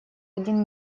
один